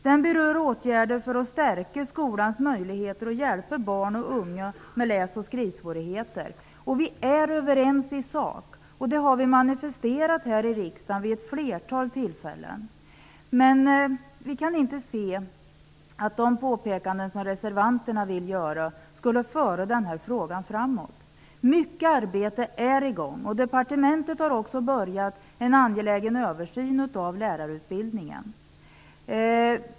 Den berör åtgärder för att stärka skolans möjligheter att hjälpa barn och unga med läs och skrivsvårigheter. Vi är överens i sak, och det har vi manifesterat här i riksdagen vid ett flertal tillfällen. Men vi kan inte se att de påpekanden som reservanterna vill göra skulle föra denna fråga framåt. Mycket arbete är i gång, och departementet har också påbörjat en angelägen översyn av lärarutbildningen.